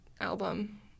album